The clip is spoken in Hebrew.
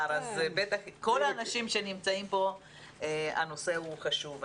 אז בטח כל האנשים שנמצאים פה הנושא חשוב להם.